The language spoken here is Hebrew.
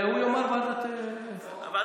והוא יאמר: ועדת הכלכלה.